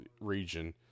region